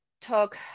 talk